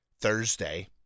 Thursday